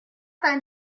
dein